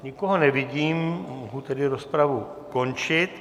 Nikoho nevidím, mohu tedy rozpravu ukončit.